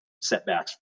setbacks